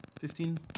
Fifteen